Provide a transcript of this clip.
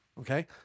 Okay